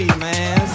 man